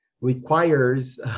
requires